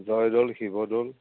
Jay Dol Shiva Doul